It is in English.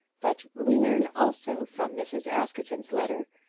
but we learn, also, from mrs. askerton's letter,